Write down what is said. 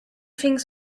things